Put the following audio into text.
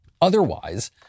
Otherwise